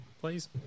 please